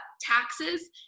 taxes